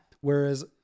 whereas